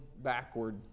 backward